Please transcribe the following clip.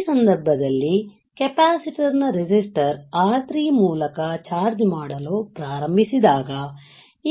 ಈ ಸಂದರ್ಭದಲ್ಲಿ capacitor resistor R3 ಮೂಲಕ ಚಾರ್ಜ್ ಮಾಡಲು ಪ್ರಾರಂಭಿಸಿದಾಗ